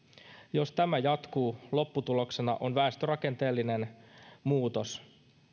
jos tämä jatkuu lopputuloksena on väestörakenteellinen muutos